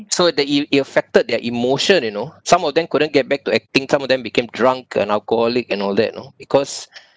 so the it it affected their emotion you know some of them couldn't get back to acting some of them became drunk and alcoholic and all that you know because